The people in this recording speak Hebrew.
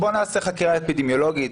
בוא נעשה חקירה אפידמיולוגית,